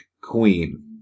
Queen